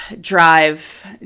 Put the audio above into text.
drive